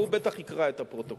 הוא בטח יקרא את הפרוטוקול.